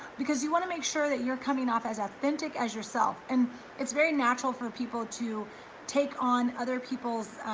because you wanna make sure that you're coming off as authentic as yourself. and it's very natural for people to take on other people's